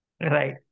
Right